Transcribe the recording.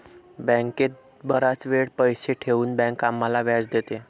बँकेत बराच वेळ पैसे ठेवून बँक आम्हाला व्याज देते